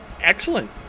Excellent